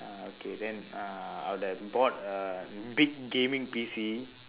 uh okay then uh I would have bought a big gaming P_C